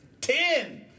Ten